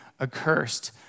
accursed